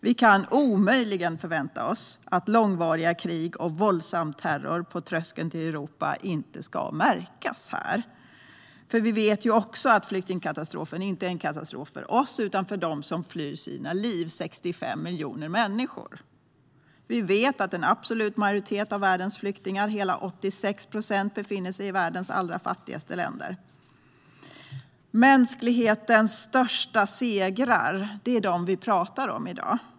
Vi kan omöjligen förvänta oss att långvariga krig och våldsam terror på tröskeln till Europa inte ska märkas här. Vi vet också att flyktingkatastrofen inte är en katastrof för oss utan för de 65 miljoner människor som flyr för sina liv. Vi vet att en absolut majoritet av världens flyktingar, hela 86 procent, befinner sig i världens allra fattigaste länder. Mänsklighetens största segrar - det är dem vi talar om i dag.